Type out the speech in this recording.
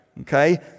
Okay